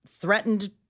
threatened